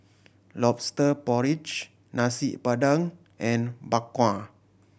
Lobster Porridge Nasi Padang and Bak Kwa